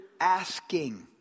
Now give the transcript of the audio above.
asking